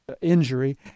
injury